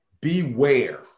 beware